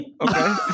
Okay